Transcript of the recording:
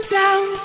down